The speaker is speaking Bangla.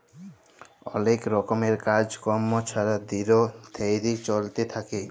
অলেক রকমের কাজ কম্ম ছারা দিল ধ্যইরে চইলতে থ্যাকে